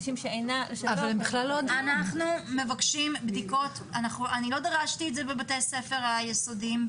אני לא דרשתי את זה בבתי ספר היסודיים,